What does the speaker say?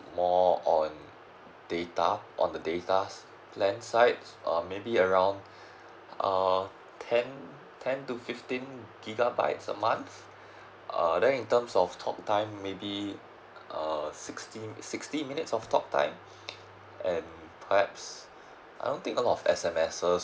more on data on the data plan side uh maybe around um ten ten to fifteen gigabytes a month err then in terms of talk time maybe uh sixteen sixty minutes of talk time and perhaps I don't think a lot of S_M_S